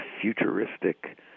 futuristic